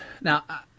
Now